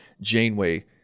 Janeway